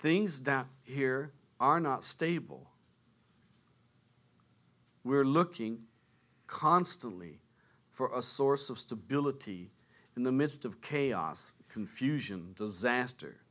things down here are not stable we're looking constantly for a source of stability in the midst of chaos confusion disaster